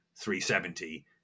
370